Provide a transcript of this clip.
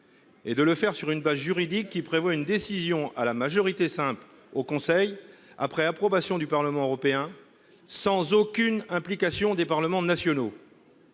Et de le faire sur une base juridique qui prévoit une décision à la majorité simple au Conseil après approbation du Parlement européen, sans aucune implication des parlements nationaux.--